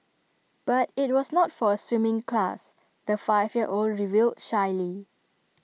but IT was not for A swimming class the five year old revealed shyly